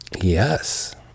Yes